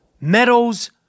Meadows